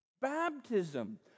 baptism